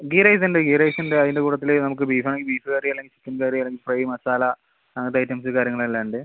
ghee rice ഉണ്ട് ghee rice ഉണ്ട് അതിൻ്റെ കൂട്ടത്തിൽ നമുക്ക് ബീഫ് ആണെങ്കിൽ ബീഫ് കറി അല്ലെങ്കിൽ chicken curry beef fry masala അങ്ങനത്തെ ഐറ്റംസ് കാര്യങ്ങൾ എല്ലാം ഉണ്ട്